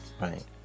right